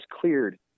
cleared